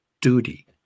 duty